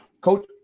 coach